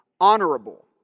honorable